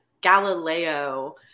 Galileo